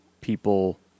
people